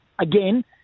again